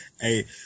Hey